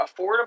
affordable